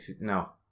No